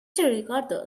ricardo